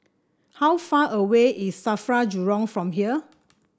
how far away is Safra Jurong from here